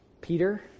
Peter